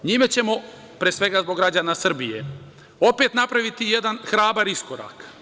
NJime ćemo, pre svega zbog građana Srbije, opet napraviti jedan hrabar iskorak.